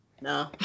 No